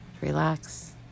relax